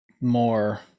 more